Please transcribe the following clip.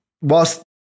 whilst